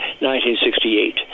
1968